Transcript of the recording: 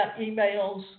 emails